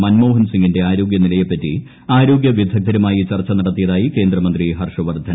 മൻമോഹൻ സിങിന്റെ ആരോഗ്യനില്ല്യെപ്പറ്റി ആരോഗ്യവിദഗ്ധരുമായി ചർച്ച നടത്തിയതായി കേന്ദ്രമിത്രി ്ഹർഷ്വർദ്ധൻ